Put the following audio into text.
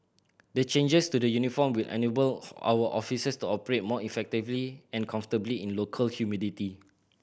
the changes to the uniform will enable our officers to operate more effectively and comfortably in local humidity